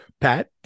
Pat